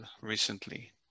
recently